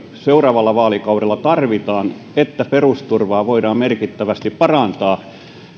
seuraavalla vaalikaudella tarvitaan jotta perusturvaa voidaan merkittävästi parantaa